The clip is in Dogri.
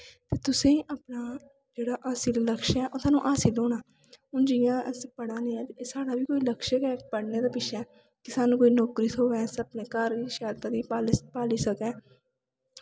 तुसें गी अपना जेह्ड़ा असली लक्ष ऐ ओह् हासल होना हून जि'यां अस पढ़ा ने आं ते साढ़ा बी कोई लक्ष गै पढ़ने दे पिच्छें कि सानूं कोई नौकरी थ्होऐ अस अपने घर गी शैल करियै पाली सकै